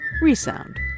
ReSound